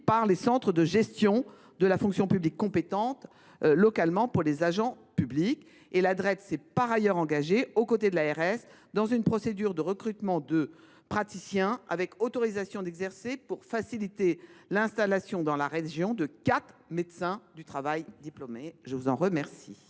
par les centres de gestion de la fonction publique compétents localement pour les agents publics. La Dreets s’est par ailleurs engagée, aux côtés de l’agence régionale de santé (ARS), dans une procédure de recrutement de praticiens avec autorisation d’exercer, pour faciliter l’installation dans la région de quatre médecins du travail diplômés. La parole est